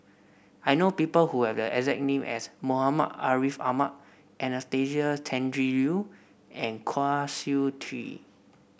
I know people who have the exact name as Muhammad Ariff Ahmad Anastasia Tjendri Liew and Kwa Siew Tee